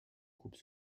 couple